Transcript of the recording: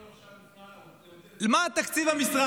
22 מיליון עכשיו הופנו, מה תקציב המשרד?